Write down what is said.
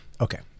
okay